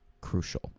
crucial